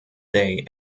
day